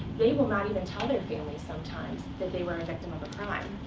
they will not even tell their families, sometimes, that they were a victim of a crime.